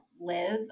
live